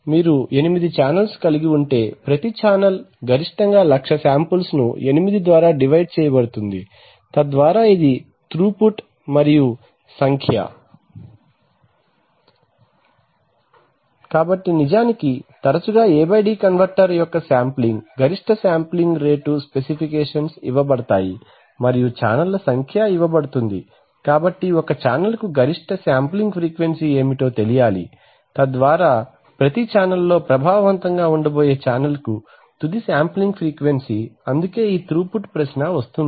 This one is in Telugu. మీరు ఎనిమిది ఛానెల్లను కలిగి ఉంటే ప్రతి ఛానెల్ గరిష్టంగా 100000 శాంపుల్స్ ను 8 ద్వారా డివైడ్ చేయబడుతుంది తద్వారా ఇది త్రూ పుట్ మరియు సంఖ్య కాబట్టి నిజానికి తరచుగా A D కన్వర్టర్ యొక్క శాంప్లింగ్ గరిష్ట శాంప్లింగ్ రేటు స్పెసిఫికేషన్స్ ఇవ్వబడతాయి మరియు ఛానెల్ల సంఖ్య ఇవ్వబడుతుంది కాబట్టి ఒక ఛానెల్కు గరిష్ట శాంప్లింగ్ ఫ్రీక్వెన్సీ ఏమిటో తెలియాలి తద్వారా ప్రతి ఛానెల్లో ప్రభావవంతంగా ఉండబోయే ఛానెల్కు తుది శాంప్లింగ్ ఫ్రీక్వెన్సీ అందుకే ఈ త్రూ పుట్ ప్రశ్న వస్తుంది